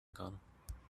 kann